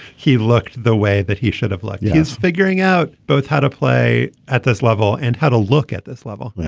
he looked the way that he should have. like yeah he's figuring out both how to play at this level and how to look at this level.